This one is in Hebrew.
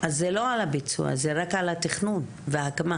אז זה לא על הביצוע, זה רק על התכנון, וההקמה.